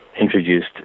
introduced